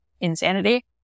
insanity